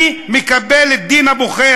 אני מקבל את דין הבוחר,